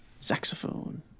saxophone